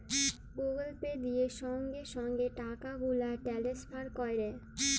Google Pay দিয়ে সংগে সংগে টাকাগুলা টেলেসফার ক্যরা